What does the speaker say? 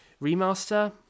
remaster